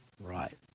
right